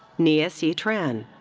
nghia c. tran.